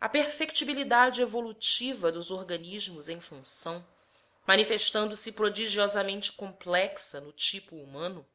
a perfectibilidade evolutiva dos organismos em função manifestando se prodigiosamente complexa no tipo humano